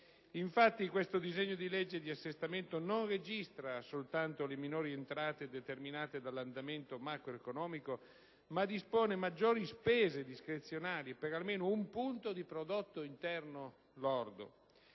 Infatti, questo disegno di legge di assestamento non registra soltanto le minori entrate determinate dall'andamento macroeconomico, ma dispone maggiori spese discrezionali per almeno un punto di prodotto interno lordo.